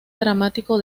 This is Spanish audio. dramático